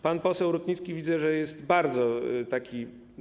Pan poseł Rutnicki, widzę, jest bardzo taki.